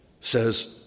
says